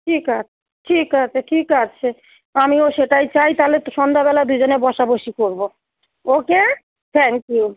ঠিক আছে ঠিক আছে ঠিক আছে আমিও সেটাই চাই তালে সন্ধ্যাবেলা দুজনে বসাবসি করবো ওকে থ্যাংক ইউ